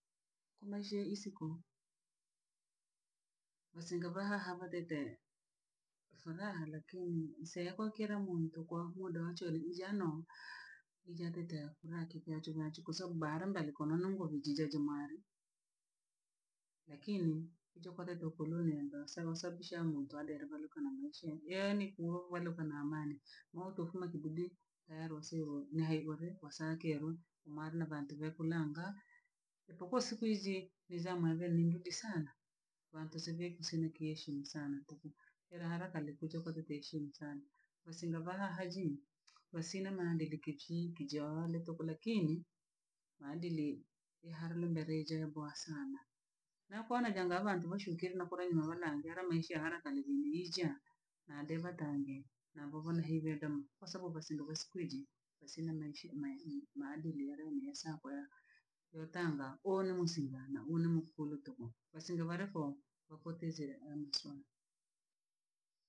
Kumaisha iyi siku bhasinga bha haha bhatete furaha lakini nseko kira muntu kwa huda wa chore injano, ijetete kurakijachi nanchi kwa sababu bharomba likononongo vijijajimwari lakini ijokotetokorore mbasa kwa sababu shamuntu adi avaroka na muishe yeni kuovwaroka na amaani. Moto fuma kibudi hero sivwo na haegovwe wasakero omare na vantu vywe kuranga, japokuwa siku izi nizamu ya venye ni njuri sana bhantu sivye kusini kieshimu sana tuhu. Era harakare kojakoteteeshimu sana. Bhasinga bha haha jii bhasina maadili kijii kijioore tuku, lakini maadili eharero mere jae boa sana. Na kwana janga abhantu bhashuke linakura nyuma wanange ara maisha ya haraka nijindiija nadevatange nabobonhe vedomu kwasababu bhasindo bha siku iji bhasina maisha me- mu- maadili yalemurie sako ya etanga onomusigana unonu olo tuhu, bhasinga bhareko okotizire emuswana.